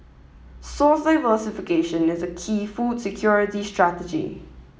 source diversification is a key food security strategy